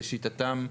לשיטתם,